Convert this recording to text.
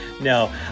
no